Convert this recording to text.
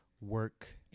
work